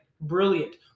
Brilliant